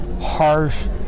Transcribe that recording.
harsh